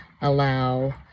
allow